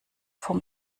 vom